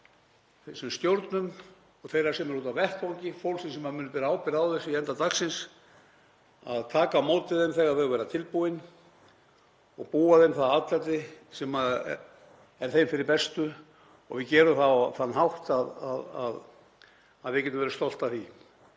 sem stjórnum og þeirra sem eru úti á vettvangi, fólksins sem munu bera ábyrgð á þessu í enda dagsins, að taka á móti þeim þegar þau verða tilbúin og búa þeim það atlæti sem er þeim fyrir bestu og að við gerum það á þann hátt að við getum verið stolt af því.